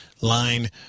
Line